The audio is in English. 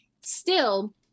still-